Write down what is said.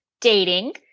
dating